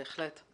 בהחלט.